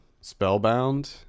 Spellbound